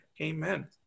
amen